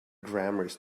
grammars